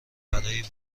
برای